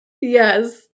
Yes